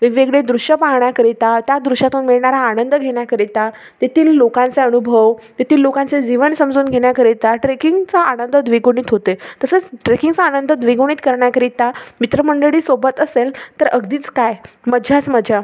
वेगवेगळे दृश्यं पाहण्याकरिता त्या दृश्यांतून मिळणारा आनंद घेण्याकरिता तेथील लोकांचे अनुभव तेथील लोकांचे जीवन समजून घेण्याकरिता ट्रेकिंगचा आनंद द्विगुणित होते तसेच ट्रेकिंगचा आनंद द्विगुणित करण्याकरिता मित्रमंडळी सोबत असेल तर अगदीच काय मज्जाच मजा